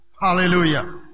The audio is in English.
Hallelujah